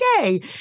okay